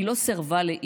/ היא לא סירבה לאיש,